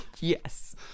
Yes